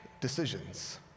decisions